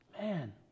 Man